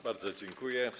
Bardzo dziękuję.